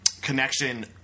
connection